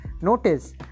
Notice